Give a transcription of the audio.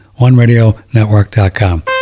OneRadioNetwork.com